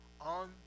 on